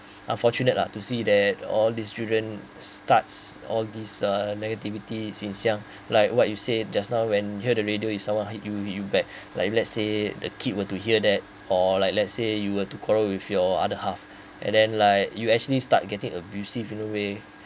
unfortunate lah to see that all these children starts all this uh negativity since young like what you said just now when you heard the radio is someone hit you you back like if let's say the kid will to hear that or like let's say you were to quarrel with your other half and then like you actually start getting abusive in a way